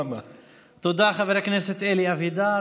תודה, חבר הכנסת אלי אבידר.